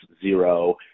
zero